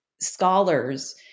scholars